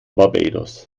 barbados